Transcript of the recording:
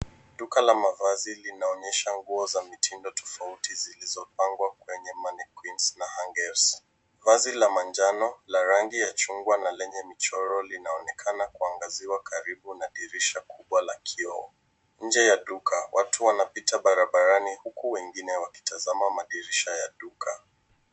Duka la mavazi linaonyesha nguo za mitindo tofauti zilizopangwa kwenye (cs)manequinns(cs) na (cs)hangers(cs). Vazi la manjano la rangi ya chungwa na lenye mchoro linaonekana kuangaziwa karibu na dirisha kubwa la kioo. Nje ya duka, watu wanapita barabarani huku wengine wakitazama madirisha ya duka.